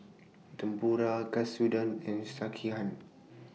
Tempura Katsudon and Sekihan